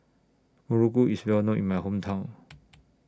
Muruku IS Well known in My Hometown